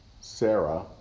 Sarah